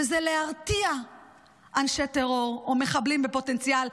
וזה להרתיע אנשי טרור או מחבלים בפוטנציאל.